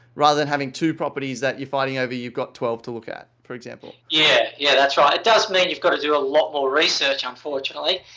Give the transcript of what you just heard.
rather than having two properties that you're fighting over, you've got twelve to look at, for example. jeremy yeah yeah. that's right. it does mean you've got to do a lot more research, unfortunately.